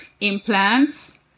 implants